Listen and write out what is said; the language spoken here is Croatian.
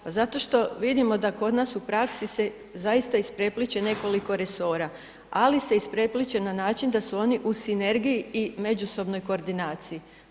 Pa zato što vidimo da kod nas u praksi se zaista isprepliće nekoliko resora, ali se isprepliće na način da su oni u sinergiji i međusobnoj koordinaciji.